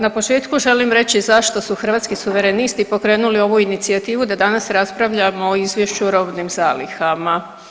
Na početku želim reći zašto su Hrvatski suverenisti pokrenuli ovu inicijativu da danas raspravljamo o Izvješću o robnim zalihama.